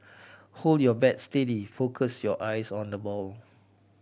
hold your bat steady focus your eyes on the ball